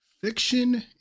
Fiction